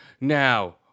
Now